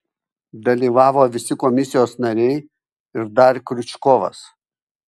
dalyvavo visi komisijos nariai ir dar kriučkovas